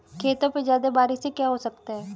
खेतों पे ज्यादा बारिश से क्या हो सकता है?